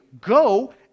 go